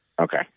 Okay